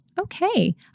okay